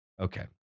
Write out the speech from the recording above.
Okay